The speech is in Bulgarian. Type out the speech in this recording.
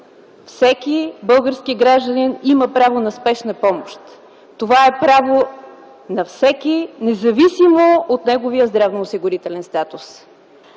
Всеки български гражданин има право на спешна помощ. Това е право на всеки, независимо от неговия здравноосигурителен статус.